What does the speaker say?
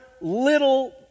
little